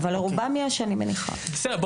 בסדר,